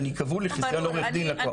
ואני כבול לחיסיון עורך דין - לקוח.